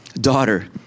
Daughter